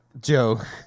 joke